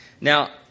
Now